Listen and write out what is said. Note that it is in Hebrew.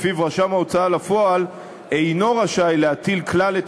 שלפיו רשם ההוצאה לפועל אינו רשאי להטיל כלל את